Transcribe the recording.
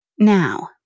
Now